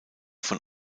von